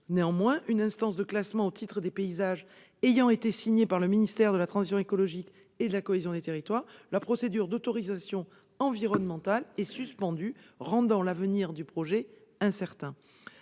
Néanmoins, une instance de classement au titre des paysages ayant été signée par le ministère de la transition écologique et de la cohésion des territoires, la procédure d'autorisation environnementale est suspendue, rendant l'avenir du projet incertain.